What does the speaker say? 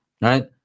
right